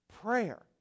Prayer